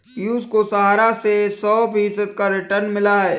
पियूष को सहारा से सौ फीसद का रिटर्न मिला है